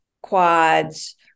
quads